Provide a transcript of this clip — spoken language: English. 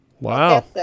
Wow